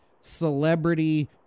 celebrity